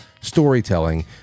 storytelling